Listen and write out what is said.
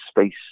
space